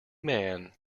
man